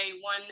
One